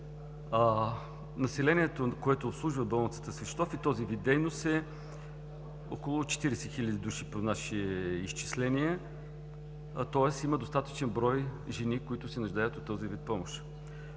Населението, което обслужва болницата в Свищов с този вид дейност, е около 40 хил. души по наши изчисления. Тоест има достатъчен брой жени, които се нуждаят от този вид помощ.